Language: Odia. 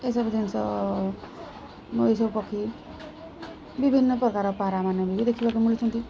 ଏସବୁ ଜିନିଷ ଏଇସବୁ ପକ୍ଷୀ ବିଭିନ୍ନ ପ୍ରକାର ପାରାମାନେ ବି ଦେଖିବାକୁ ମିଳୁଛନ୍ତି